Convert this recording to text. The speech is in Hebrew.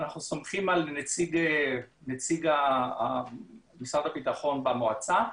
אנחנו סומכים על נציג משרד הביטחון במועצה.